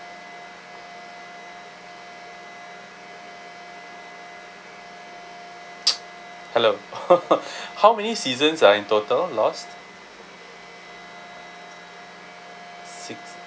hello how many seasons are in total lost six